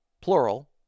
plural